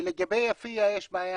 ולגבי יפיע יש בעיה